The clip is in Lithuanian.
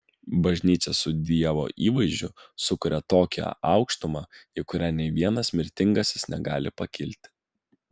bažnyčia su dievo įvaizdžiu sukuria tokią aukštumą į kurią nė vienas mirtingasis negali pakilti